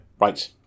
Right